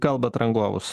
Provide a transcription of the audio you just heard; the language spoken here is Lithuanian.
kalbant rangovus